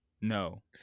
No